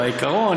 בעיקרון,